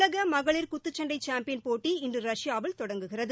உலக மகளிர் குத்துச்சண்டை சாம்பியன் போட்டி இன்று ரஷ்யாவில் தொடங்குகிறது